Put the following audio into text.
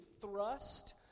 thrust